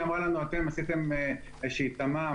היא אמרה לנו: אתם עשיתם איזושהי תמ"מ